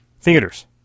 theaters